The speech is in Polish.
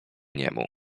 niemu